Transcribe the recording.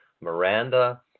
Miranda